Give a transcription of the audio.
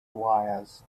wires